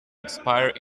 expire